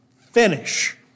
Finish